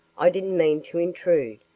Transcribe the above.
i didn't mean to intrude.